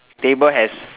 table has